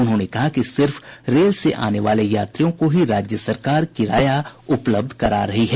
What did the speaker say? उन्होंने कहा कि सिर्फ रेल से आने वाले यात्रियों को ही राज्य सरकार किराया उपलब्ध करा रही है